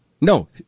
No